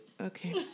okay